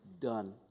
done